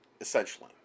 essentially